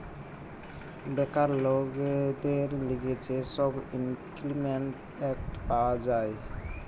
বেকার লোকদের লিগে যে সব ইমল্পিমেন্ট এক্ট পাওয়া যায়